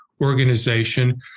organization